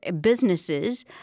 businesses